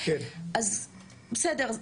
אז בסדר,